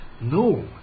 No